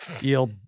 yield